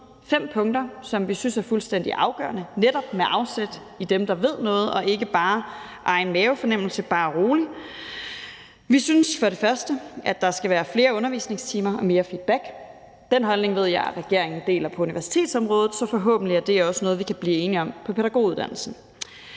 punkter, som vi synes er fuldstændig afgørende, og det er netop med afsæt i dem, der ved noget, og ikke bare egen mavefornemmelse – bare rolig. Vi synes for det første, at der skal være flere undervisningstimer og mere feedback. Den holdning ved jeg at regeringen deler på universitetsområdet, så forhåbentlig er det også noget, vi kan blive enige om for pædagoguddannelsen.